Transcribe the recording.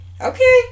okay